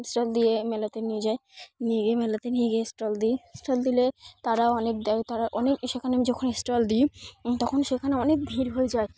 stall দিয়ে মেলাতে নিয়ে যায় নিয়ে গিয়ে মেলাতে নিয়ে গিয়ে স্টল দিই স্টল দিলে তারাও অনেক দেয় তারা অনেক সেখানে আমি যখন স্টল দিই তখন সেখানে অনেক ভিড় হয়ে যায়